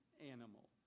animal